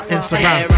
Instagram